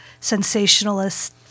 sensationalist